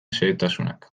xehetasunak